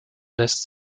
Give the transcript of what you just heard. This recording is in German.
lässt